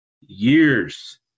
years